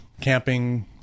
camping